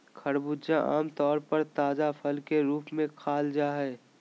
खरबूजा आम तौर पर ताजा फल के रूप में खाल जा हइ